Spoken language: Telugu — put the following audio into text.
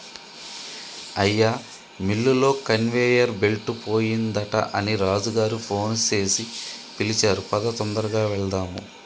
అయ్యా మిల్లులో కన్వేయర్ బెల్ట్ పోయిందట అని రాజు గారు ఫోన్ సేసి పిలిచారు పదా తొందరగా వెళ్దాము